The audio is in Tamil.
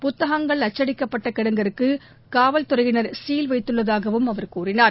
புத்தகங்கள் அச்சடிக்கப்பட்டகிடங்கிற்குகாவல்துறையினர் சீல் வைத்துள்ளதாகவும் அவர் கூறினார்